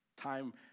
time